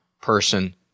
person